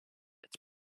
its